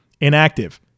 inactive